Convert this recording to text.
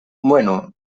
bueno